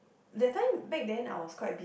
that time back then I was quite be~